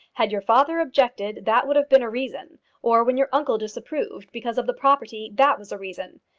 had your father objected, that would have been a reason or when your uncle disapproved because of the property, that was a reason.